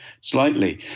slightly